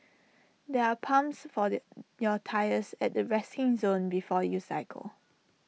there are pumps for the your tyres at the resting zone before you cycle